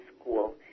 school